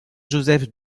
josef